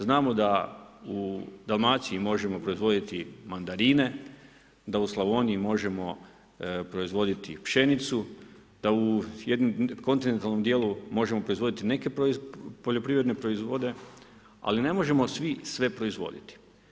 Znamo da u Dalmaciji možemo proizvoditi mandarine, da u Slavoniji možemo proizvoditi pšenicu, da u jednom kontinentalnom dijelu možemo proizvoditi neke poljoprivredne proizvode, ali ne možemo svi sve proizvoditi.